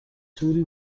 توری